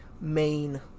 main